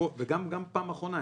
בפעם האחרונה,